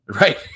Right